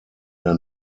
der